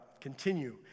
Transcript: continue